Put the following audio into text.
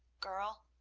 girl,